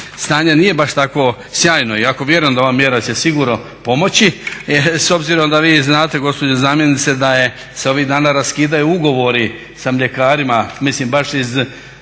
stanje nije baš tako sjajno, iako vjerujem da ova mjera će sigurno pomoći s obzirom da vi znate gospođo zamjenice da se ovih dana raskidaju ugovori sa mljekarima. Mislim baš u